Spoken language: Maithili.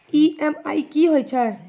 ई.एम.आई कि होय छै?